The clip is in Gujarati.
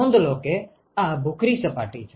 નોંધ લો કે આ ભૂખરી સપાટી છે